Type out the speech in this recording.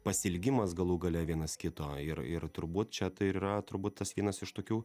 pasiilgimas galų gale vienas kito ir ir turbūt čia tai ir yra turbūt tas vienas iš tokių